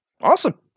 Awesome